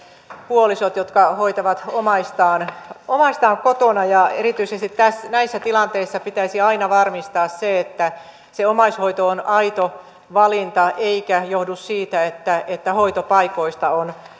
puolisot jotka hoitavat omaistaan omaistaan kotona erityisesti näissä tilanteissa pitäisi aina varmistaa se että omaishoito on aito valinta eikä johdu siitä että että hoitopaikoista on